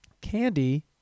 Candy